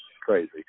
crazy